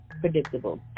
predictable